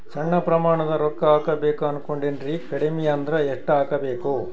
ಸಣ್ಣ ಪ್ರಮಾಣದ ರೊಕ್ಕ ಹಾಕಬೇಕು ಅನಕೊಂಡಿನ್ರಿ ಕಡಿಮಿ ಅಂದ್ರ ಎಷ್ಟ ಹಾಕಬೇಕು?